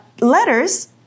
letters